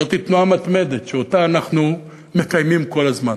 זו תנועה מתמדת, שאותה אנחנו מקיימים כל הזמן.